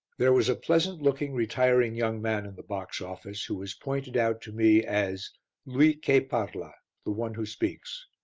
there was a pleasant-looking, retiring young man in the box-office, who was pointed out to me as lui che parla the one who speaks.